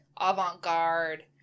avant-garde